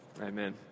amen